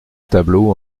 tableau